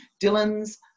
Dylan's